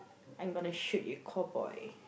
I'm gonna shoot you cold boy